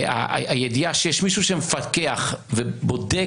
והידיעה שיש מישהו שמפקח ובודק,